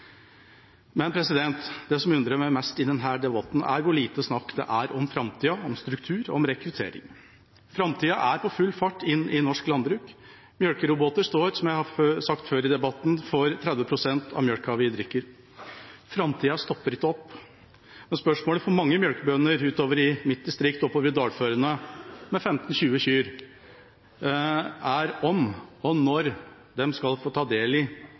Men det som undrer meg mest i denne debatten, er hvor lite snakk det er om framtida, om struktur og om rekruttering. Framtida er på full fart inn i norsk landbruk. Melkeroboter står, som jeg har sagt før i debatten, for 30 pst. av melka vi drikker. Framtida stopper ikke opp. Spørsmålet for mange melkebønder utover i mitt distrikt, oppover i dalførene, med 15–20 kyr, er om og når de skal få ta del i